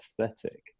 aesthetic